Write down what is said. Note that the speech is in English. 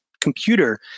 computer